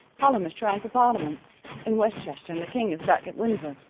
hallem is trying for parliament in westchester and the king is back at windsor.